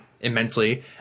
immensely